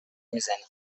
میزنی